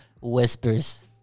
Whispers